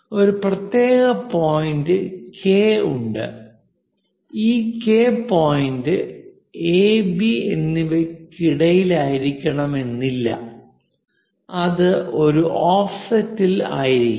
ഒരു പ്രത്യേക point K ഉണ്ട് ഈ K point A B AB എന്നിവയ്ക്കിടയിലായിരിക്കണമെന്നില്ല ഇത് ഒരു ഓഫ്സെറ്റ് ഇൽ ആയിരിക്കാം